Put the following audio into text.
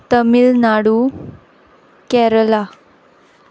Tamil Nadu Kerala